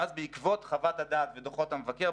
ואז בעקבות חוות הדעת ודוחות המבקר,